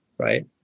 right